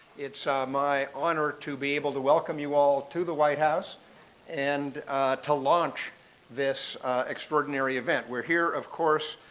it's my honor to be able to welcome you all to the white house and to launch this extraordinary event. we're here, of course,